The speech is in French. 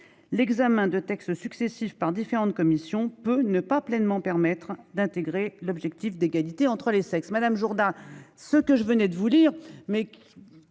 L'examen de textes successifs par différentes commissions peut ne pas pleinement permettre d'intégrer l'objectif d'égalité entre les sexes